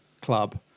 club